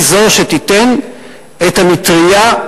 היא זו שתיתן את המטרייה,